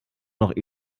noch